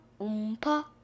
oompa